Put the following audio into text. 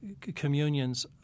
communions